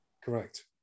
Correct